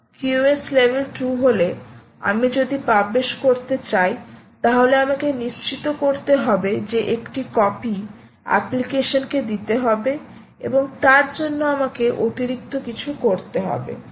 QoS level 2 হলে আমি যদি পাবলিশ করতে চাই তাহলে আমাকে নিশ্চিত করতে হবে যে একটি কপি এপ্লিকেশনকে দিতে হবে এবং তার জন্য আমাকে অতিরিক্ত কিছু করতে হবে